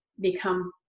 become